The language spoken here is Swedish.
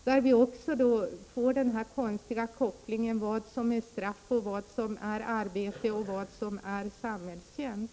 Vi får också en konstig koppling — vad är straff, vad är arbete och vad är samhällstjänst?